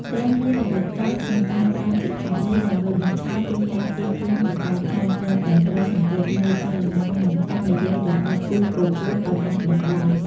ត្រូវមាន ល្បិចកល ក្នុងការ ប្រើពាក្យសំដី ដើម្បី បញ្ឆោត ឬ ការពារខ្លួនពីការចាញ់ ព្រមទាំងត្រូវ សង្កេតមើលចលនា និង ការនិយាយរបស់គូប្រកួត ឲ្យបានដិតដល់។